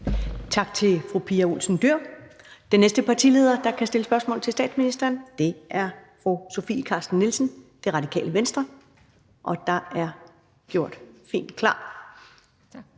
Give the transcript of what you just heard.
Tak til fru Pia Olsen Dyhr. Den næste partileder, der kan stille spørgsmål til statsministeren, er fru Sofie Carsten Nielsen, Radikale Venstre. Kl. 13:31 Spm. nr.